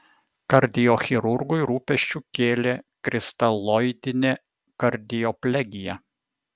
kardiochirurgui rūpesčių kėlė kristaloidinė kardioplegija